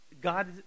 God